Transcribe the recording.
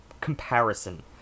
comparison